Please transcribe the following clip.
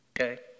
Okay